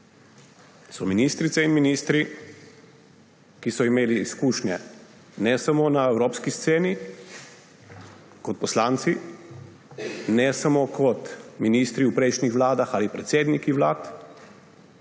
so ministrice in ministri, ki so imeli izkušnje ne samo na evropski sceni, kot poslanci, ne samo kot ministri v prejšnjih vladah ali predsedniki vlad,